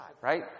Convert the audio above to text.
right